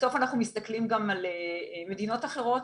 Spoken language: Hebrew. בסוף אנחנו מסתכלים גם על מדינות אחרות,